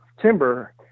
timber